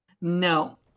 No